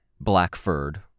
Black-furred